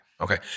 Okay